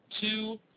two